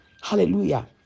Hallelujah